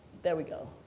there we go.